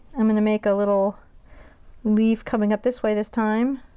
i'm gonna make a little leaf coming up this way this time.